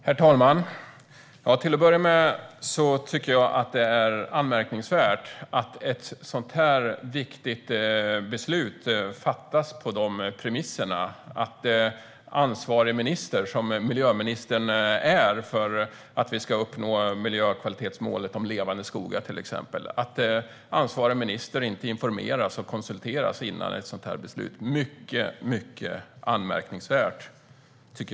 Herr talman! Det är anmärkningsvärt att ett sådant viktigt beslut fattas på de premisserna och att ansvarig minister, vilket miljöministern är, för att vi ska uppnå till exempel miljökvalitetsmålet Levande skogar inte informeras och konsulteras innan ett sådant beslut fattas. Det är mycket anmärkningsvärt.